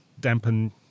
dampen